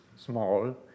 small